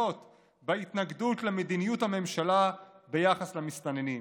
בהתנגדות למדיניות הממשלה ביחס למסתננים.